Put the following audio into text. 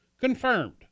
confirmed